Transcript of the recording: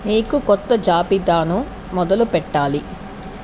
నీకు క్రొత్త జాబితాను మొదలుపెట్టాలి